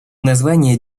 название